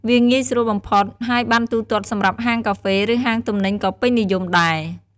វាងាយស្រួលបំផុត ហើយប័ណ្ណទូទាត់សម្រាប់ហាងកាហ្វេ ឬហាងទំនិញក៏ពេញនិយមដែរ។